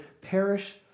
perish